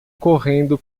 correndo